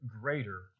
greater